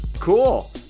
Cool